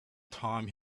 time